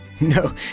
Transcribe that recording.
No